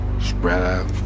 spread